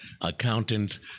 accountant